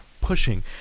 pushing